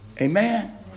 Amen